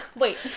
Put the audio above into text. Wait